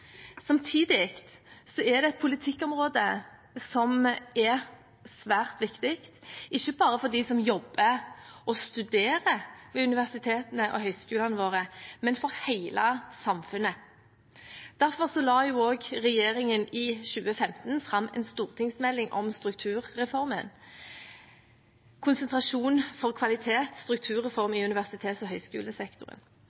Samtidig er det et politikkområde som er svært viktig, ikke bare for dem som jobber og studerer ved universitetene og høyskolene våre, men for hele samfunnet. Derfor la regjeringen i 2015 fram en stortingsmelding om strukturreformen, Meld. St. 18 for 2014–2015, Konsentrasjon for kvalitet – Strukturreform